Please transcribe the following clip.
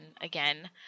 again